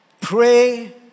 Pray